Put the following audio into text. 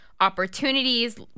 opportunities